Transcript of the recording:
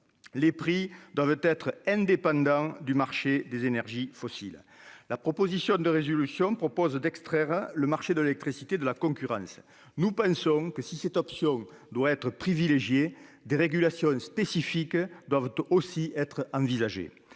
Les prix doivent être indépendants du marché des énergies fossiles. La proposition de résolution invite à extraire le marché de l'électricité de la concurrence. Nous pensons que, si cette option doit être privilégiée, des régulations spécifiques doivent aussi être envisagées.